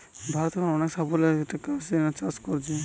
ভারত এখন অনেক সাফল্যের সাথে ক্রস্টাসিআন চাষ কোরছে